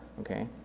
okay